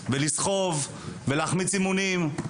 לסחוב ולהחמיץ אימונים.